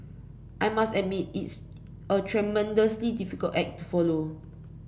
I must admit it's a tremendously difficult act to follow